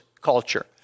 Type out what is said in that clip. culture